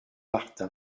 martin